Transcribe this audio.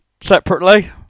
separately